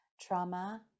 trauma